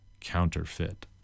counterfeit